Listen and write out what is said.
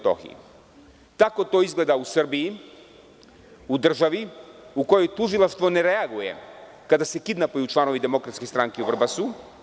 Tako to izgleda u Srbiji u državi u kojoj tužilaštvo ne reaguje kada se kidnapuju članovi DS u Vrbasu.